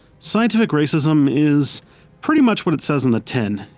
scientific racism is pretty much what it says on the tin.